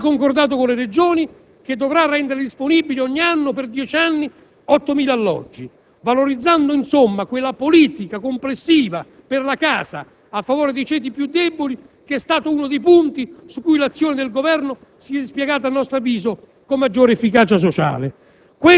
e concordato con le Regioni, che dovrà rendere disponibile ogni anno, per dieci anni, 8.000 alloggi, valorizzando quella politica complessiva per la casa a favore dei ceti più deboli che ha rappresentato uno dei punti su cui a nostro avviso l'azione del Governo si è dispiegata con maggior efficacia sociale.